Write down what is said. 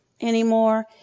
anymore